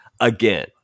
again